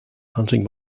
hunting